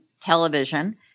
television